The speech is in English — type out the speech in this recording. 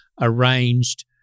arranged